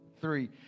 three